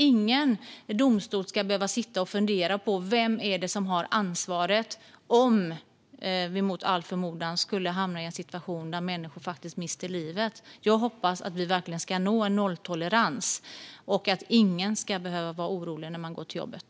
Ingen domstol ska behöva fundera över vem som har ansvaret, om man mot all förmodan hamnar i en situation där människor faktiskt mister livet. Jag hoppas verkligen att vi ska nå fram till en nolltolerans. Ingen ska behöva vara orolig när man går till jobbet.